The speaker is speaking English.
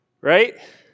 right